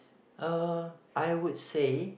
uh I would say